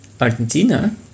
Argentina